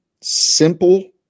simple